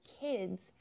kids